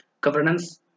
Governance